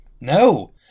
No